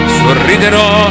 sorriderò